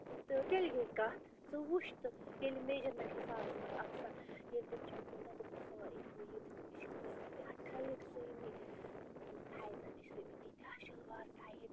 تہٕ تیٚلہِ گٔے کَتھ ژٕ وُچھ تہٕ ییٚلہِ میجَرمٮ۪نٛٹ حِسابَس منٛز آسان ییٚلہِ تِم چھَکو نا تٔمِس آ ہُو یہِ یہِ دِیتُن مےٚ شِلوار تیٖتاہ ٹایِٹ سُومٕتۍ یِمن تھایزَن یہِ چھِ سُیمٕتۍ تیٖتاہ شِلوار ٹایِٹ